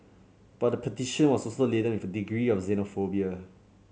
but the petition was also laden with a degree of xenophobia